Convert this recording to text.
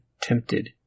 tempted